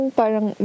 parang